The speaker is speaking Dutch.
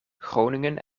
groningen